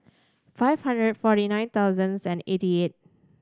five hundred forty nine thousands and eighty eight